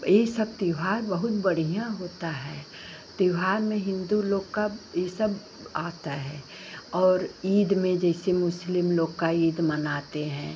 यह सब त्योहार बहुत बढ़ियाँ होता है त्योहार में हिन्दू लोग का यह सब आता है और ईद में जैसे मुस्लिम लोग का ईद मनाते हैं